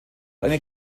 eine